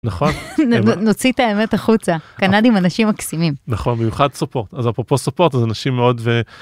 נכון נוציא את האמת החוצה קנדים אנשים מקסימים, נכון במיוחד support אז אפרופו support אנשים מאוד.